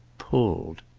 pulled.